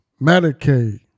Medicaid